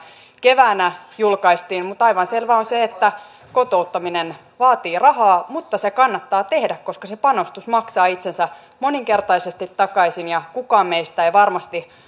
keväänä julkaistiin mutta aivan selvää on se että kotouttaminen vaatii rahaa mutta se kannattaa tehdä koska se panostus maksaa itsensä moninkertaisesti takaisin ja kukaan meistä ei varmasti